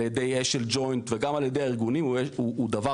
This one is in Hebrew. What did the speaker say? על ידי אשל ג'וינט וגם על ידי הארגונים הוא דבר